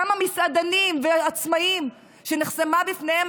כמה מסעדנים ועצמאים שנחסמה בפניהם